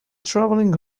travelling